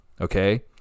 okay